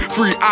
Free